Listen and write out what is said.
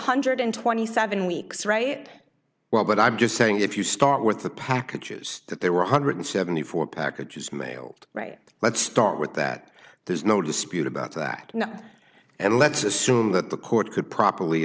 hundred and twenty seven dollars weeks right well but i'm just saying if you start with the packages that there were one hundred and seventy four dollars packages mailed right let's start with that there's no dispute about that and let's assume that the court could properly